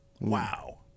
Wow